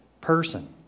person